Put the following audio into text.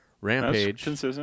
Rampage